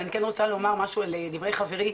אבל אני רוצה להוסיף משהו לדברי חברי,